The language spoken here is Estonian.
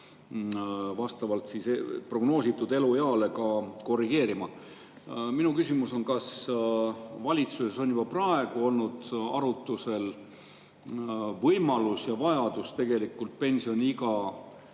vastavalt prognoositud elueale ka korrigeerima. Minu küsimus on: kas valitsuses on juba praegu olnud arutusel võimalus ja vajadus tegelikult pensioniiga